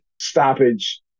stoppage